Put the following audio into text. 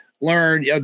learn